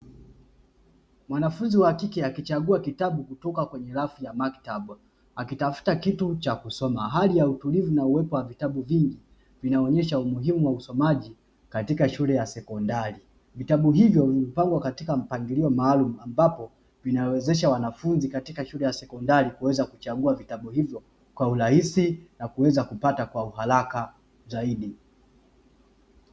Mwanafunzi wa kike akichagua kitabu kutoka kwenye rafu ya maktaba, akitafuta kitu cha kusoma, hali ya utulivu na uwepo wa vitabu vingi inaonyesha umuhimu wa usomaji katika shule ya sekondari. Vitabu hivyo vimewekwa katika mpangilio maalumu, ambapo unawezesha wanafunzi katika shule ya sekondari kuweza kuchagua vitabu hivyo kwa urahisi na kuweza kupata kwa uharaka zaidi.